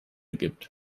gibt